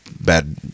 bad